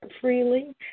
freely